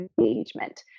engagement